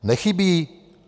Nechybí?